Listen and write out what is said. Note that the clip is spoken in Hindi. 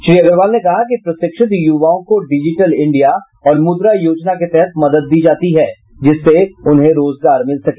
श्री अग्रवाल ने कहा कि प्रशिक्षित युवाओं को डिजीटल इंडिया और मुद्रा योजना के तहत मदद दी जाती है जिससे उन्हें रोजगार मिल सके